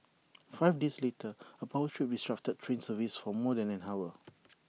five days later A power trip disrupted train services for more than an hour